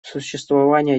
существование